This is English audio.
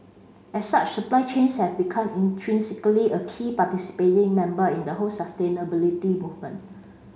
as such supply chains have become intrinsically a key participating member in the whole sustainability movement